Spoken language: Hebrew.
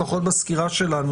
לפחות בסקירה שלנו,